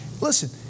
listen